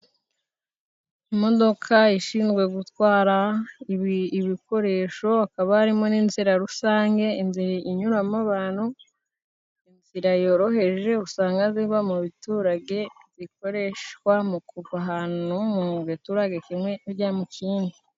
Imodoka ishinzwe gutwara ibikoresho hakaba harimo n'inzira rusange, inzira inyuramo abantu, inzira yoroheje usanga iba mu biturage ikoreshwa mu kuva ahantu mu mugiturage kimwe tujya mukindi.